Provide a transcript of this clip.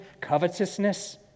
Covetousness